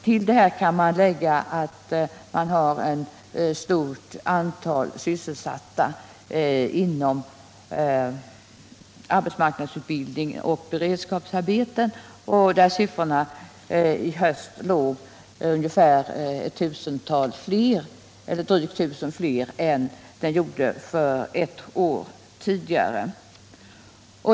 Till detta kan läggas att ett stort antal personer inom länet är sysselsatta inom arbetsmarknadsutbildning och beredskapsarbeten och att siffrorna visar att det nu gäller drygt tusentalet fler än det gjorde ett år tidigare.